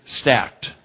stacked